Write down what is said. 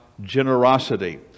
generosity